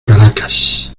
caracas